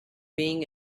being